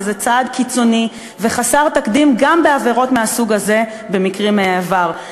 וזה גם צעד קיצוני וחסר תקדים בעבירות מהסוג הזה במקרים מהעבר.